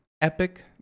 Epic